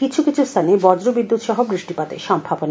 কিছু কিছু স্থানে বজ্র বিদ্যুৎ সহ বৃষ্টিপাতের সম্ভাবনা